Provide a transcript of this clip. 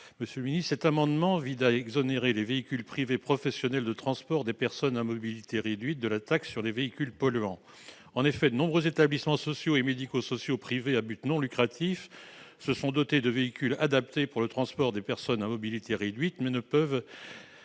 n° I-117 rectifié . Cet amendement vise à exonérer les véhicules privés professionnels de transport des personnes à mobilité réduite de la taxe sur les véhicules polluants. En effet, de nombreux établissements sociaux et médico-sociaux privés à but non lucratif se sont dotés de véhicules adaptés pour le transport de personnes à mobilité réduite, mais ne peuvent